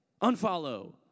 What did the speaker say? Unfollow